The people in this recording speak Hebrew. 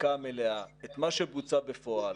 הספיקה המלאה, את מה שבוצע בפועל,